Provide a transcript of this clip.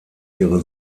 ihre